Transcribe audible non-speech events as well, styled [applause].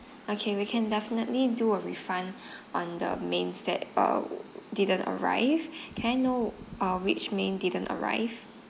okay we can definitely do a refund [breath] on the mains that uh didn't arrive [breath] can I know uh which main didn't arrive